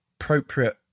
appropriate